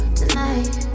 tonight